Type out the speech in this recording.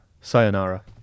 Sayonara